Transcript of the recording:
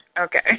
okay